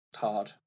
hard